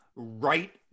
right